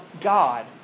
God